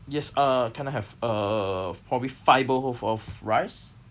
yes uh can I have uh probably five bowls of rice